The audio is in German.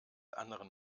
anderen